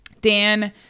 Dan